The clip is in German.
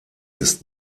ist